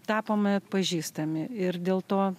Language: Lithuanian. tapome atpažįstami ir dėl to